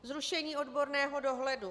Zrušení odborného dohledu.